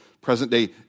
present-day